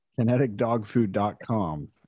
KineticDogFood.com